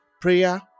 prayer